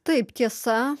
taip tiesa